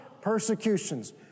Persecutions